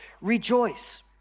Rejoice